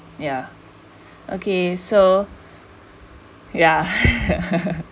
ya okay so ya